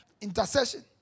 Intercession